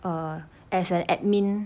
err as an admin